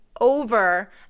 over